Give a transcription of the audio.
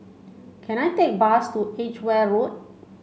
can I take a bus to Edgware Road